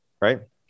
right